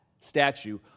statue